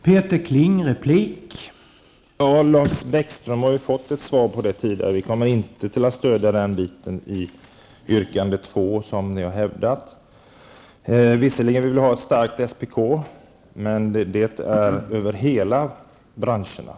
Herr talman! Lars Bäckström har tidigare fått ett svar på detta: Vi kommer inte att stödja ert yrkande nr 2. Vi vill visserligen ha ett starkt SPK, men det gäller över hela branschskalan.